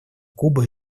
кубы